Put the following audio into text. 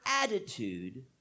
attitude